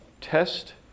test